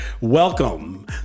welcome